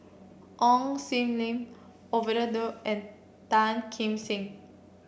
Ong Sam Leong Ovidia Du and Tan Kim Seng